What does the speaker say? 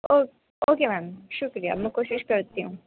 او okay ma'am شکریہ میں کوشش کرتی ہوں